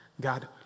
God